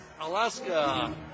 Alaska